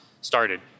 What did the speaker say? started